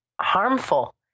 harmful